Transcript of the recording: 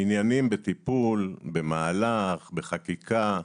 העניינים בטיפול, במהלך, בחקיקה,